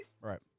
Right